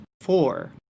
four